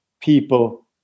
people